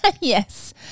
Yes